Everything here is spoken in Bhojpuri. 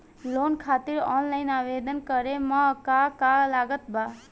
लोन खातिर ऑफलाइन आवेदन करे म का का लागत बा?